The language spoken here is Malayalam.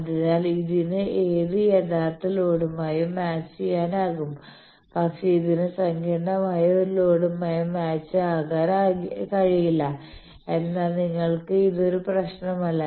അതിനാൽ ഇതിന് ഏത് യഥാർത്ഥ ലോഡുമായും മാച്ച് ചെയ്യാനാകും പക്ഷേ ഇതിന് സങ്കീർണ്ണമായ ഒരു ലോഡുമായി മാച്ച് ആകാൻ കഴിയില്ല എന്നാൽ നിങ്ങൾക്ക് ഇത് ഒരു പ്രശ്നമല്ല